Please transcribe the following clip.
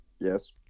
Yes